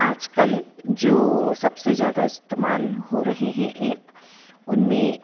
आज कल जो सबसे ज़्यादा इस्तेमाल हो रहे हैं एप उनमें